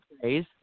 phrase